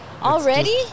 Already